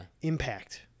impact